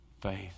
faith